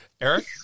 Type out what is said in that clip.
Eric